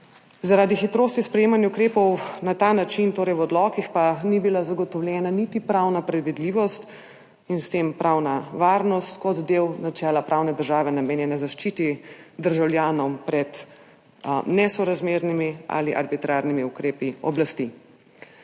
Zaradi hitrosti sprejemanja ukrepov na ta način, torej v odlokih, pa ni bila zagotovljena niti pravna predvidljivost in s tem pravna varnost kot del načela pravne države, namenjene zaščiti državljanov pred nesorazmernimi ali arbitrarnimi ukrepi oblasti.